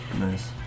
Nice